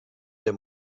der